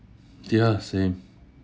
ya same